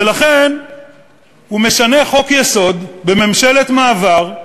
ולכן הוא משנה חוק-יסוד בממשלת מעבר,